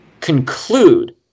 conclude